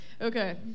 Okay